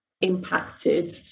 impacted